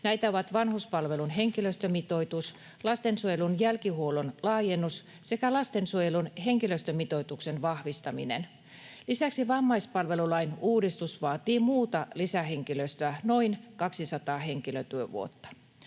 Näitä ovat vanhuspalvelujen henkilöstömitoitus, lastensuojelun jälkihuollon laajennus sekä lastensuojelun henkilöstömitoituksen vahvistaminen. Lisäksi vammaispalvelulain uudistus vaatii muuta lisähenkilöstöä noin 200 henkilötyövuotta.